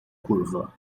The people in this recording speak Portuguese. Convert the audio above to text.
curva